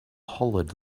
hollered